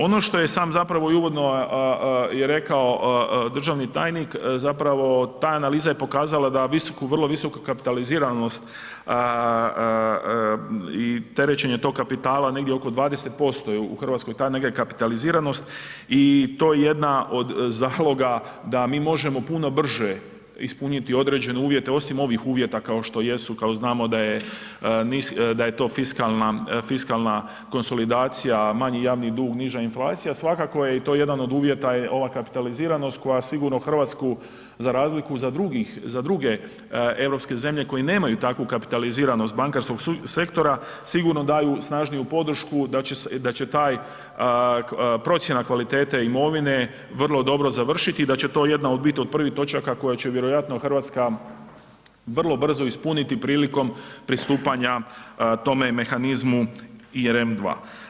Ono što je sam zapravo i uvodno i rekao državni tajnik zapravo ta analiza je pokazala da visoku, vrlo visoku kapitaliziranost i terećenje tog kapitala negdje oko 20% je u RH ta neka kapitaliziranost i to je jedna od zaloga da mi možemo puno brže ispuniti određene uvjete osim ovih uvjeta kao što jesu kad znamo da je to fiskalna konsolidacija, manji javni dug, niža inflacija, svakako je i to jedan od uvjeta je ova kapitaliziranost koja sigurno RH za razliku za druge europske zemlje koji nemaju takvu kapitaliziranost bankarskog sektora, sigurno daju snažniju podršku da će taj, procjena kvalitete imovine vrlo dobro završiti i da će to jedna od biti od prvih točaka koje će vjerojatno RH vrlo brzo ispuniti prilikom pristupanja tome mehanizmu i EREM2.